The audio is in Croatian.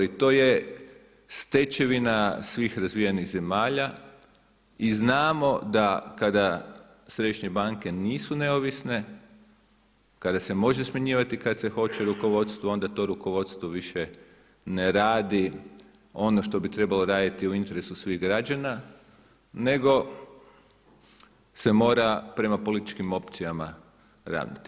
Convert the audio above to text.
I to je stečevina svih razvijenih zemalja i znamo da kada središnje banke nisu neovisne, kada se može smanjivati kad se hoće rukovodstvo onda to rukovodstvo više ne radi ono što bi trebalo raditi u interesu svih građana nego se mora prema političkim opcijama ravnati.